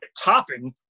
topping